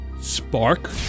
spark